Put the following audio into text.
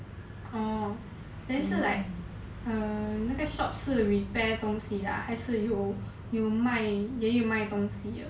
oh then 是 like err 那个 shop 是 repair 东西的啊还是有有卖也有卖东西的